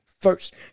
first